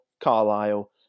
Carlisle